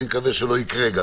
ואני מקווה שלא יקרה.